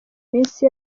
iminsi